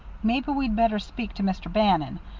maybe we'd better speak to mr. bannon.